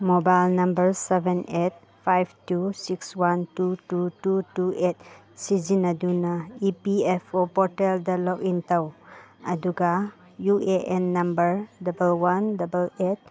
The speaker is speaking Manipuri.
mobile number seven eight five two six one two two two two eight ꯁꯤꯖꯤꯟꯅꯗꯨꯅ ꯏꯤ ꯄꯤ ꯑꯦꯐ ꯑꯣ ꯄꯣꯔꯇꯦꯜꯗ ꯂꯣꯛꯏꯟ ꯇꯧ ꯑꯗꯨꯒ U A N number double one double eight